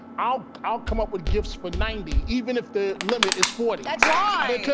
i'll i'll come up with gifts for ninety even if the limit is forty. that's